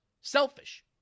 selfish